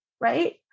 right